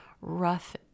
rough